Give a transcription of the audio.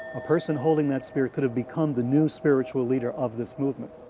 a person holding that spear could have become the new spiritual leader of this movement.